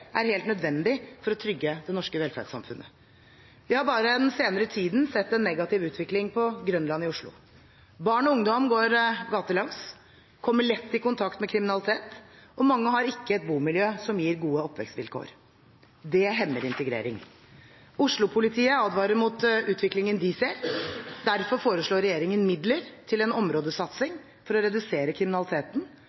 er helt nødvendig for å trygge det norske velferdssamfunnet. Vi har bare den senere tiden sett en negativ utvikling på Grønland i Oslo. Barn og ungdom går gatelangs, de kommer lett i kontakt med kriminalitet, og mange har ikke et bomiljø som gir gode oppvekstvilkår. Det hemmer integrering. Oslo-politiet advarer mot utviklingen de ser. Derfor foreslår regjeringen midler til en områdesatsing